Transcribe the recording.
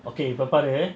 okay இப்போ பாரு:ippo paaru